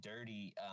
dirty